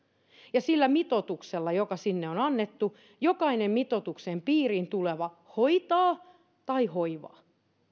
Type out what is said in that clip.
ja sillä mitoituksella joka sinne on annettu jokainen mitoituksen piiriin tuleva hoitaa tai hoivaa